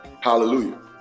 hallelujah